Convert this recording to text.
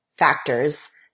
Factors